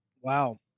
Wow